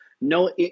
No